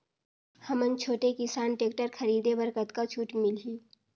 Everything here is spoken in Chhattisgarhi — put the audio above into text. हमन छोटे किसान टेक्टर खरीदे बर कतका छूट मिलही?